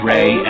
Ray